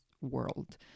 world